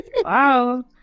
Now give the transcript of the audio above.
Wow